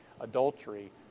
adultery